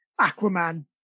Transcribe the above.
Aquaman